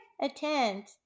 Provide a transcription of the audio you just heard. attend